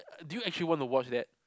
do you actually want to watch that